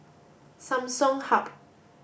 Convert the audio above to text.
Samsung Hub